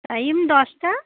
time ᱫᱚᱥᱴᱟ